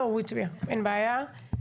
בבקשה.